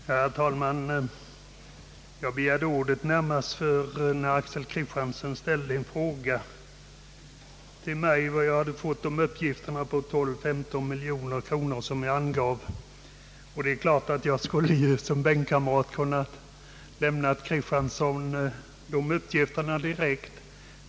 Herr talman! Jag begärde ordet närmast för att herr Axel Kristiansson frågade mig var jag hade fått uppgifterna om 12—15 miljoner kronor som jag angav, och det är klart att jag som bänkkamrat skulle ha kunnat lämna honom svaret direkt.